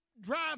drive